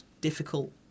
difficult